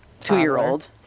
two-year-old